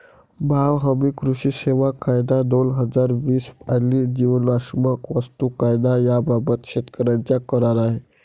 भाव हमी, कृषी सेवा कायदा, दोन हजार वीस आणि जीवनावश्यक वस्तू कायदा याबाबत शेतकऱ्यांचा करार आहे